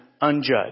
unjudged